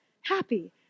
happy